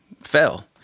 fell